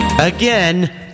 again